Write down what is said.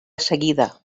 seguida